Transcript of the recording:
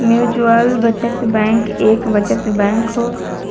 mutual बचत bank एक बचत बैंक हो